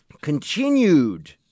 continued